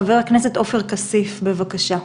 חברת הכנסת עופר כסיף, בבקשה.